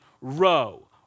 row